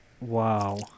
Wow